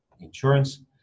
insurance